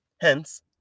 Hence